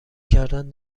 کردن